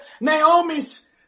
Naomi's